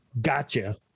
gotcha